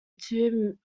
two